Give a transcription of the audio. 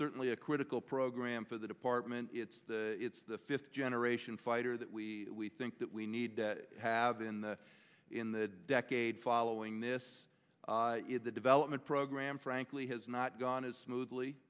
certainly a critical program for the department it's the it's the fifth generation fighter that we think that we need to have in the in the decade following this the development program frankly has not gone as smoothly